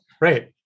right